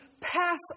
pass